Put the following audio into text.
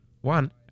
one